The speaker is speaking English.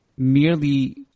Merely